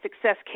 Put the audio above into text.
success